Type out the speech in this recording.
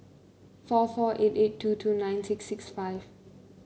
four four eight eight two two nine six six five